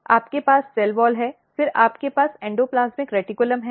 आपके पास cell wall है फिर आपके पास एंडोप्लाज्मिक रेटिकुलम है